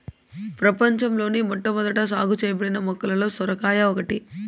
ప్రపంచంలోని మొట్టమొదట సాగు చేయబడిన మొక్కలలో సొరకాయ ఒకటి